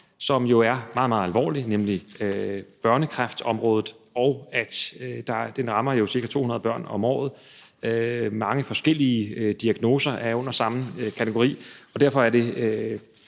som jo er meget, meget alvorlig, nemlig børnekræft, og at den rammer ca. 200 børn om året. Mange forskellige diagnoser er under samme kategori, og derfor er det